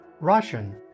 Russian